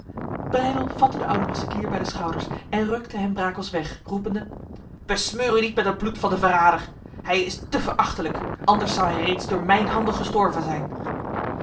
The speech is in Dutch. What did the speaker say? breydel vatte de oude maceclier bij de schouders en rukte hem brakels weg roepende besmeur u niet met het bloed van de verrader hij is te verachtelijk anders zou hij reeds door mijn handen gestorven zijn